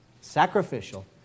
sacrificial